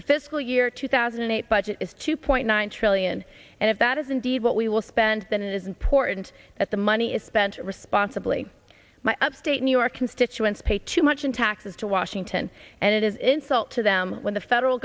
the fiscal year two thousand and eight budget is two point nine trillion and if that is indeed what we will spend then it is important that the money is spent responsibly my upstate new york constituents pay too much in taxes to washington and it is insult to them when the federal